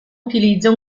utilizza